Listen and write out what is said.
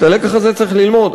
את הלקח הזה צריך ללמוד.